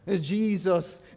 Jesus